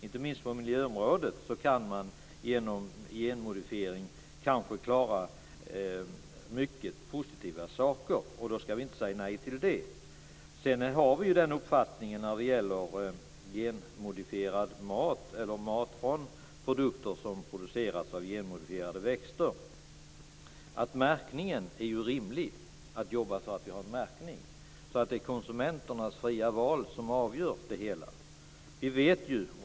Inte minst på miljöområdet går det att klara mycket positiva saker med hjälp av genmodifiering. Då skall vi inte säga nej till det. Det är rimligt att jobba för en märkning av produkter producerade av genmodifierade växter. Då blir det konsumenternas fria val som avgör det hela.